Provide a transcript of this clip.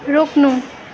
रोक्नु